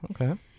okay